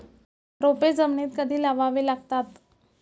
रोपे जमिनीत कधी लावावी लागतात?